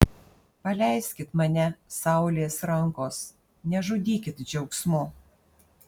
paleiskit mane saulės rankos nežudykit džiaugsmu